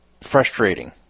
frustrating